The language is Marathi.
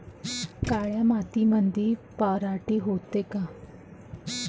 काळ्या मातीमंदी पराटी होते का?